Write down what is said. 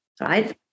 right